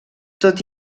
tot